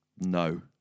No